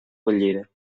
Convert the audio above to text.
bellera